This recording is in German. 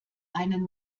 einen